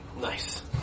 Nice